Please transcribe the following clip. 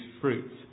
fruit